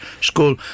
school